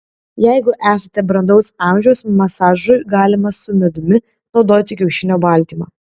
jeigu esate brandaus amžiaus masažui galima su medumi naudoti kiaušinio baltymą